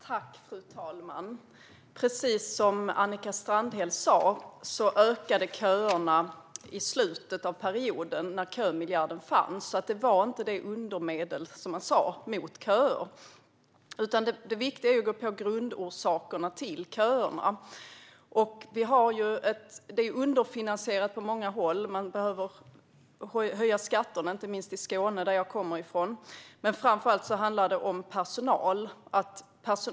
Fru talman! Precis som Annika Strandhäll sa ökade köerna i slutet av perioden då kömiljarden fanns. Kömiljarden var alltså inte det undermedel mot köer som man hävdade att den skulle vara. Det viktiga är att gå på grundorsakerna till köerna. Många delar är underfinansierade. Man behöver höja skatterna, inte minst i Skåne, som jag kommer ifrån. Framför allt handlar det dock om personal.